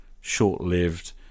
short-lived